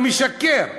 הוא משקר,